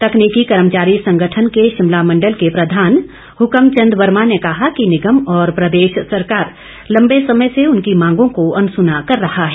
तकनीकी कर्मचारी संगठन के शिमला मंडल के प्रधान हकम चंद वर्मा ने कहा कि निगम और प्रदेश सरकार लम्बे समय से उनकी मांगों को अनसुना कर रहा है